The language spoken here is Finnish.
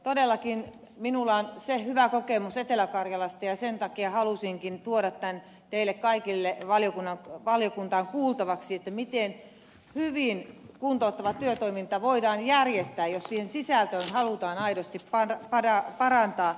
todellakin minulla on se hyvä kokemus etelä karjalasta ja sen takia halusinkin tuoda tämän teille kaikille valiokuntaan kuultavaksi miten hyvin kuntouttava työtoiminta voidaan järjestää jos sen sisältöä halutaan aidosti parantaa